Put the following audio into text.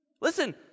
Listen